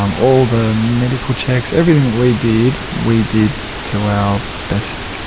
um all the medical checks. everything that we did, we did to our best.